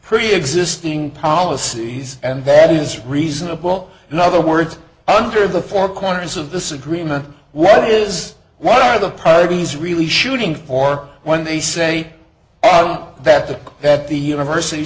pretty existing policies and that is reasonable another words under the four corners of this agreement what is what are the priorities really shooting for when they say that the that the university